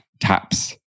taps